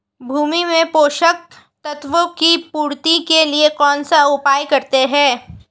भूमि में पोषक तत्वों की पूर्ति के लिए कौनसा उपाय करते हैं?